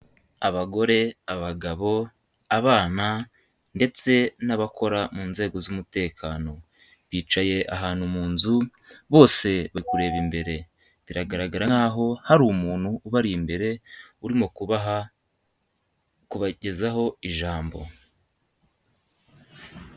Abagore, abagabo, abana ndetse n'abakora mu nzego z'umutekano. Bicaye ahantu mu nzu bose bakureba imbere biragaragara nkaho aho hari umuntu ubari imbere urimo kubaha kubagezaho ijambo.